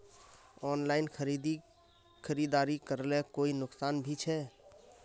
Online खरीदारी करले कोई नुकसान भी छे?